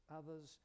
others